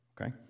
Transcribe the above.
okay